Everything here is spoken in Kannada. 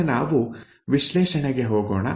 ಈಗ ನಾವು ವಿಶ್ಲೇಷಣೆಗೆ ಹೋಗೋಣ